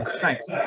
thanks